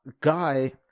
Guy